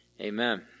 amen